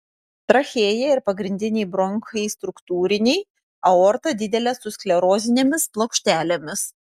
trachėja ir pagrindiniai bronchai struktūriniai aorta didelė su sklerozinėmis plokštelėmis